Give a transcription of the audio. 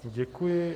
Děkuji.